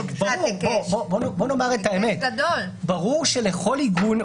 ברור, בואו נאמר את האמת -- מה זה קצת היקש?